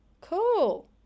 cool